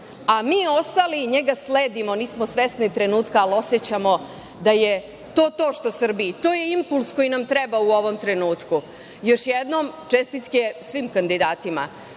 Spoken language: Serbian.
a mi ostali njega sledimo. Nismo svesni trenutka, ali osećamo da je to to što Srbiji, to je impuls koji nam treba u ovom trenutku. Još jednom čestitke svim kandidatima